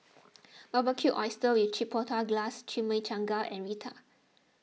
Barbecued Oysters with Chipotle Glaze Chimichangas and Raita